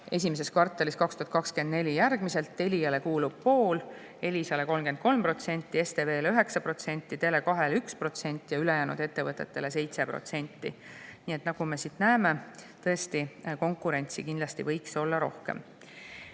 esimeses kvartalis järgmiselt: Teliale kuulus pool, Elisale 33%, STV-le 9%, Tele2-le 1% ja ülejäänud ettevõtetele 7%. Nii et nagu me näeme, tõesti, konkurentsi võiks kindlasti olla rohkem.